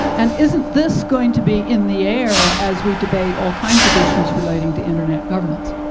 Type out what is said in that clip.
and isn't this going to be in the air as we debate all kinds of issues relating to internet governance?